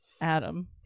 Adam